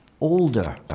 older